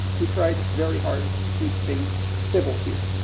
we tried very hard to keep things civil here.